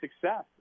success